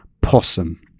Possum